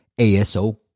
ASO